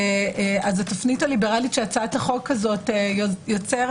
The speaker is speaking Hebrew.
התפנית הליברלית שהצעת החוק הזו יוצרת